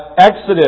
Exodus